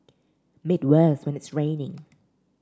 made worse when it's raining